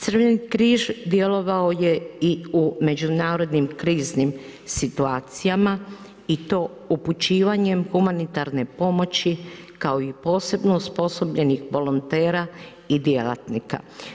Crveni križ djelovao je i u međunarodnim kriznim situacijama i to upućivanjem humanitarne pomoći kao i posebno osposobljenih volontera i djelatnika.